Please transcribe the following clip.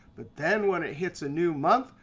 but then when it hits a new month,